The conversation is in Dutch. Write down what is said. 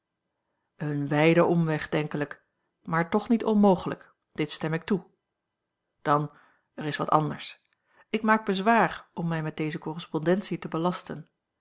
een wijden omweg denkelijk maar toch niet onmogelijk dit stem ik toe dan er is wat anders ik maak bezwaar om mij met deze correspondentie te belasten